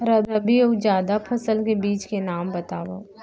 रबि अऊ जादा फसल के बीज के नाम बताव?